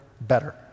better